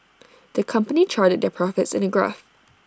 the company charted their profits in A graph